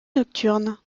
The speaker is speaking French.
nocturne